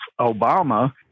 Obama